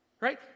Right